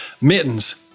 Mittens